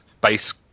base